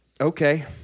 Okay